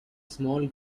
small